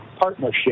partnership